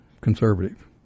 conservative